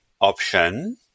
option